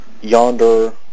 yonder